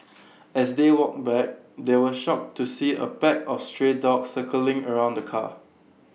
as they walked back they were shocked to see A pack of stray dogs circling around the car